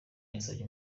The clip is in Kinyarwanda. yasabye